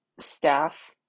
staff